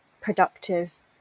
productive